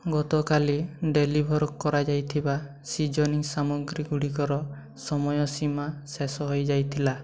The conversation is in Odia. ଗତକାଲି ଡେଲିଭର୍ କରାଯାଇଥିବା ସିଜନିଂ ସାମଗ୍ରୀ ଗୁଡ଼ିକର ସମୟ ସୀମା ଶେଷ ହୋଇଯାଇଥିଲା